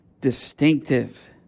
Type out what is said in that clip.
distinctive